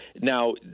now